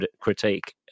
critique